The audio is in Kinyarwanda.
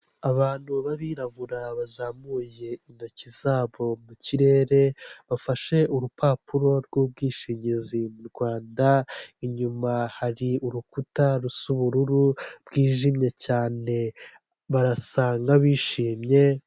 Abantu b'abirabura bazamuye intoki zabo mu kirere, bafashe urupapuro rw'ubwishingizi mu Rwanda, inyuma hari urukuta rusa ubururu bwijimye cyane barasa nk'abishimye.